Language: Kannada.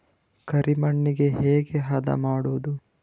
ಕರಿ ಮಣ್ಣಗೆ ಹೇಗೆ ಹದಾ ಮಾಡುದು?